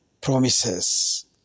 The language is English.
Promises